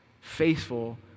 Faithful